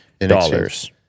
dollars